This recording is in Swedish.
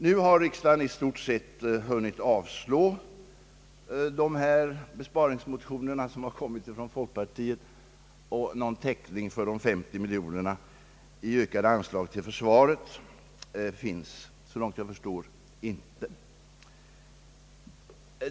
Nu har riksdagen i stort sett hunnit avslå folkpartiets besparingsmotioner, och någon täckning för de 50 miljoner kronorna i ökade anslag till försvaret finns så långt jag kan förstå inte.